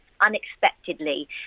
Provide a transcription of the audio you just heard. unexpectedly